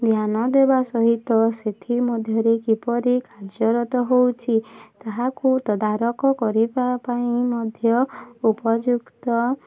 ଧ୍ୟାନ ଦେବା ସହିତ ସେଥି ମଧ୍ୟରେ କିପରି କାର୍ଯ୍ୟରତ ହେଉଛି ତାହାକୁ ତଦାରଖ କରିବା ପାଇଁ ମଧ୍ୟ ଉପଯୁକ୍ତ